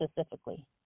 specifically